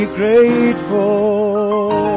grateful